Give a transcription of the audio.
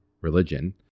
religion